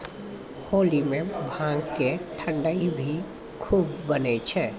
होली मॅ भांग के ठंडई भी खूब बनै छै